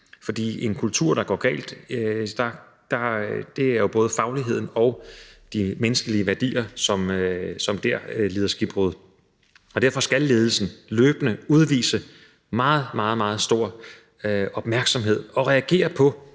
for i en kultur, hvor det går galt, er det både fagligheden og de menneskelige værdier, som lider skibbrud. Derfor skal ledelsen løbende udvise meget, meget stor opmærksomhed og reagere,